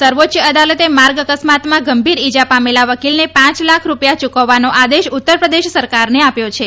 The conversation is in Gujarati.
સર્વોચ્ચ અદાલતે માર્ગ અકસ્માતમાં ગંભીર ઈજા પામેલા વકીલને પાંચ લાખ રૂપિયા યુકવવાનો આદેશ ઉત્તરપ્રદેશ સરકારને આપ્યો છે